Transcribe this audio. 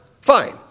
fine